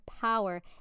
power